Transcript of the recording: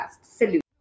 Salute